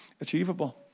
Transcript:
achievable